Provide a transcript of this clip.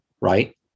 right